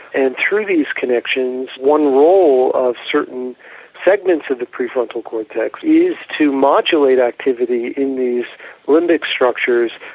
and through these connections one role of certain segments of the pre-frontal cortex is to modulate activity in these limbic structures,